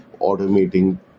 automating